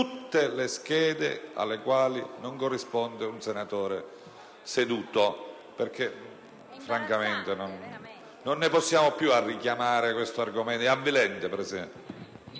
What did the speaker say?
tutte le schede alle quali non corrisponde un senatore seduto. Francamente non ne possiamo più di richiamare questo argomento: è avvilente!